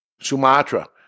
Sumatra